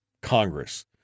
Congress